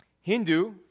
Hindu